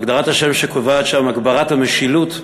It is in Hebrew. הגדרת השם שקובעת "הגברת המשילות".